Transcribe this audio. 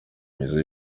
myiza